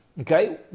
Okay